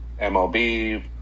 MLB